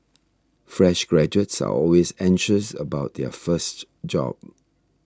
fresh graduates are always anxious about their first job